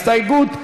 הסתייגות 2,